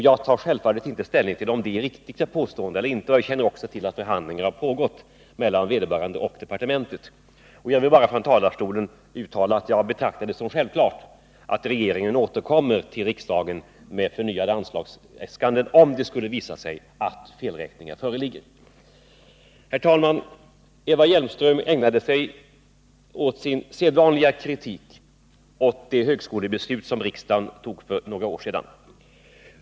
Jag tar självfallet inte ställning till om påståendet är riktigt eller inte — jag känner också till att förhandlingar har pågått mellan vederbörande och departementet — men jag vill uttala att jag betraktar det som självklart att regeringen återkommer till riksdagen med förnyade anslagsäskanden, om det skulle visa sig att felräkningar föreligger. Herr talman! Eva Hjelmström ägnade sig åt sin sedvanliga kritik mot det högskolebeslut som riksdagen fattade för några år sedan.